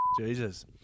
Jesus